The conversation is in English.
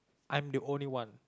I'm the only one